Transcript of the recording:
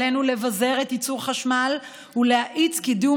עלינו לבזר את ייצור החשמל ולהאיץ קידום